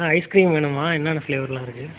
ஆ ice cream வேணும்மா என்னென்ன ஃபிளேவர்யெலாம் இருக்குது